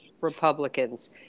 republicans